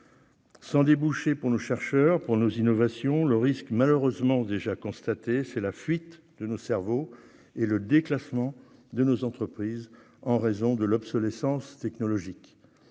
Sans débouchés pour nos chercheurs, pour nos innovations, le risque, comme on l'a malheureusement déjà constaté, c'est la fuite de nos cerveaux et le déclassement de nos entreprises en raison de l'obsolescence technologique.